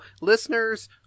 listeners